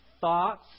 thoughts